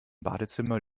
badezimmer